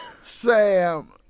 Sam